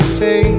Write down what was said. say